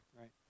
right